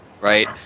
Right